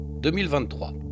2023